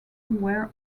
were